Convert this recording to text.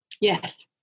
Yes